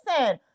Listen